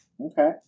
Okay